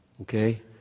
Okay